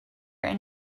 and